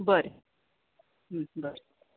बरें बरें